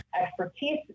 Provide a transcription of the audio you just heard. expertise